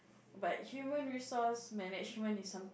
but human resource management is some